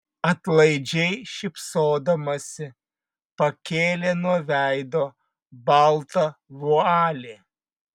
atlaidžiai šypsodamasi pakėlė nuo veido baltą vualį